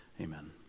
amen